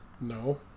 No